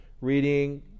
reading